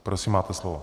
Prosím, máte slovo.